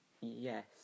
Yes